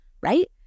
right